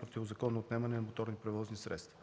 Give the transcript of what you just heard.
противозаконно отнемане на моторни превозни средства.